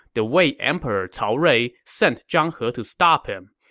the wei emperor cao rui sent zhang he to stop him.